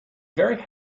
very